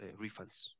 refunds